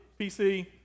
PC